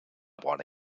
bona